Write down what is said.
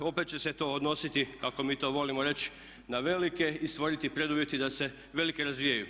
Opet će se to odnositi kako mi to volimo reći na velike i stvoriti preduvjeti da se velike razvijaju.